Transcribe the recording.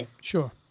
Sure